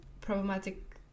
problematic